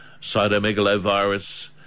cytomegalovirus